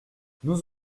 nous